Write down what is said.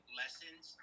lessons